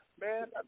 Man